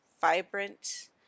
vibrant